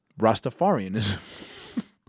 Rastafarianism